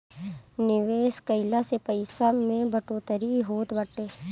निवेश कइला से पईसा में बढ़ोतरी होत बाटे